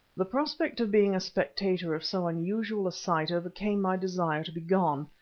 the prospect of being a spectator of so unusual a sight overcame my desire to be gone,